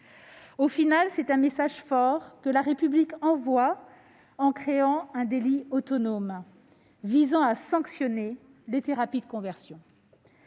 Finalement, c'est un message fort que la République envoie en créant un délit autonome visant à sanctionner les thérapies de conversion.